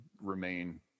remain